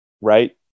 Right